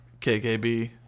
kkb